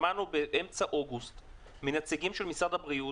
שמענו באמצע אוגוסט מנציגים של משרד הבריאות